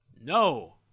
No